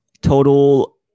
total